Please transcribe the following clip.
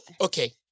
okay